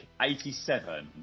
87